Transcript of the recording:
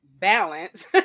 balance